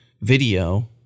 video